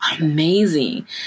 amazing